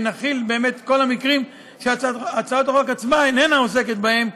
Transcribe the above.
ונחיל את כל המקרים שהצעת החוק עצמה אינה עוסקת בהם,